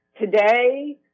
today